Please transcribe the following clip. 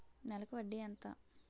నెలకి వడ్డీ ఎంత?